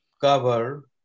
cover